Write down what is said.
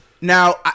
now